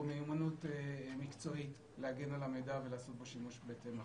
מיומנות מקצועית להגן על המידע ולעשות בו שימוש בהתאם לחוק.